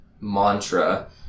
mantra